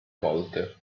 volte